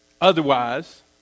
Otherwise